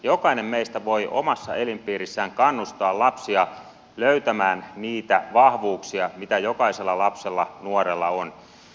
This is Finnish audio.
jokainen meistä voi omassa elinpiirissään kannustaa lapsia löytämään niitä vahvuuksia mitä jokaisella lapsella nuorella on